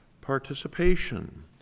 participation